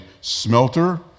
smelter